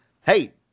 hey